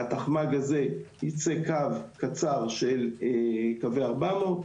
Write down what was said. מהתחמ"ג הזה יצא קו קצר של קווי 400,